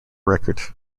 record